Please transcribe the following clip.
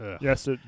yes